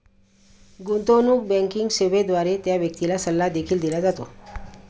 गुंतवणूक बँकिंग सेवेद्वारे त्या व्यक्तीला सल्ला देखील दिला जातो